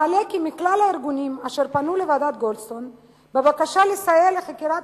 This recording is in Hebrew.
מעלה כי מכלל הארגונים אשר פנו אל ועדת-גולדסטון בבקשה לסייע לחקירת